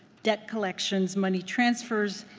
debt collections, money transfers,